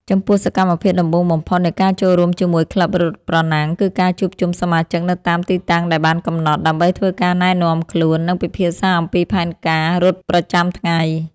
ចំពោះសកម្មភាពដំបូងបំផុតនៃការចូលរួមជាមួយក្លឹបរត់ប្រណាំង គឺការជួបជុំសមាជិកនៅតាមទីតាំងដែលបានកំណត់ ដើម្បីធ្វើការណែនាំខ្លួន និងពិភាក្សាអំពីផែនការរត់ប្រចាំថ្ងៃ។